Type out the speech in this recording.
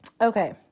Okay